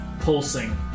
pulsing